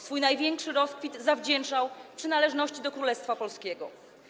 Swój największy rozkwit zawdzięczał przynależności do Królestwa Polskiego.